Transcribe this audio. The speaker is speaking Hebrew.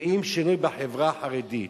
רואים שינוי בחברה החרדית,